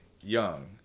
young